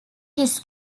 his